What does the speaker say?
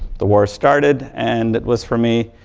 the war started, and it was for me,